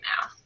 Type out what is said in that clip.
now